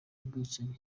bwicanyi